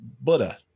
Buddha